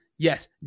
Yes